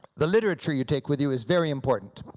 the literature you take with you is very important,